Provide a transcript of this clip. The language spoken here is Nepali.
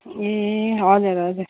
ए हजुर हजुर